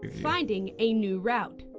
finding a new route